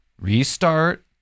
restart